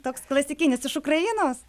toks klasikinis iš ukrainos